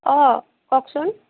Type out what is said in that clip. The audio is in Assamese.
অ' কওকচোন